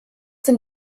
sind